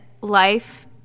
life